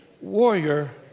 warrior